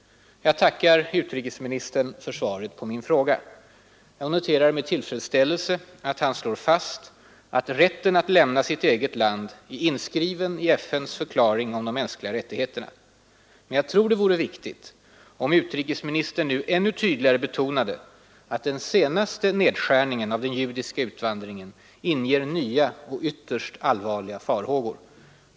Jag tackar utrikesministern för svaret på min fråga. Jag noterar med tillfredsställelse att han slår fast att rätten att lämna sitt eget land är inskriven i FN:s förklaring om de mänskliga rättigheterna. Men jag tror det vore viktigt, om utrikesministern nu ännu tydligare betonade att den senaste nedskärningen av den judiska utvandringen inger nya och ytterst allvarliga farhågor.